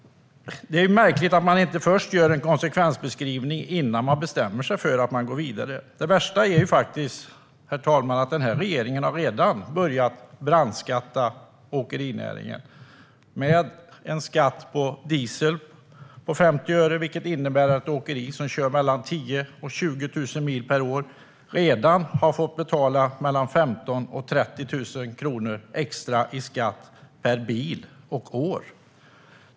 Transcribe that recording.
Det är märkligt att man inte gör en konsekvensbeskrivning innan man bestämmer sig för att gå vidare. Det värsta är att regeringen redan har börjat brandskatta åkerinäringen. Man har höjt skatten på diesel med 50 öre, vilket innebär att ett åkeri som kör mellan 10 000 och 20 000 mil per år redan får betala mellan 15 000 och 30 000 kronor extra skatt per bil och år.